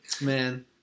Man